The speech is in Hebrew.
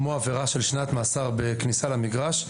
כמו עבירה של שנת מאסר בכניסה למגרש,